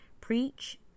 Preach